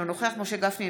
אינו נוכח משה גפני,